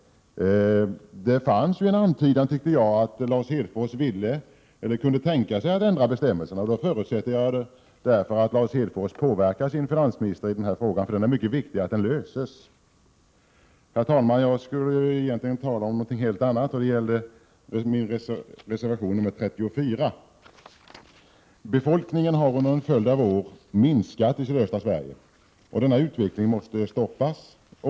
Jag tyckte mig höra en antydan från Lars Hedfors att han kunde tänka sig en ändring av bestämmelserna, och jag förutsätter därför att Lars Hedfors påverkar sin finansminister i denna fråga. Det är mycket viktigt att den löses. Herr talman! Jag begärde egentligen ordet för att tala om något helt annat, nämligen om min reservation 34. Befolkningen har under en följd av år minskat i sydöstra Sverige. Denna utveckling måste stoppas.